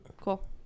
Cool